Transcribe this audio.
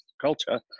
culture